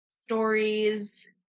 stories